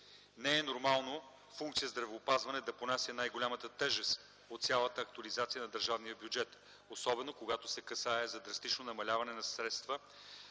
Не е нормално функция здравеопазване да понася най-голямата тежест от цялата актуализация на държавния бюджет, особено когато се касае за драстично намаляване на средства